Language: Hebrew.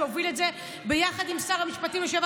שהוביל את זה ביחד עם שר המשפטים לשעבר